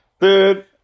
Dude